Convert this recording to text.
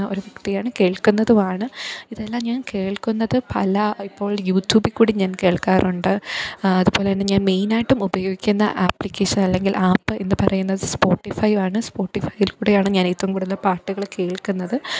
ഒരു വ്യക്തിയാണ് കേള്ക്കുന്നതുമാണ് ഇതെല്ലാം ഞാന് കേള്ക്കുന്നത് പല ഇപ്പോള് യൂറ്റൂബിൽ കൂടി ഞാന് കേള്ക്കാറുണ്ട് അതുപോലെ തന്നെ ഞാന് മെയിനായിട്ടും ഉപയോഗിക്കുന്ന ആപ്ലിക്കേഷന് അല്ലെങ്കിൽ ആപ്പ് എന്നു പറയുന്നത് സ്പോട്ടിഫൈവ് ആണ് സ്പോട്ടിഫൈയില് കൂടെയാണ് ഞാന് ഏറ്റവും കൂടുതൽ പാട്ടുകൾ കേള്ക്കുന്നത്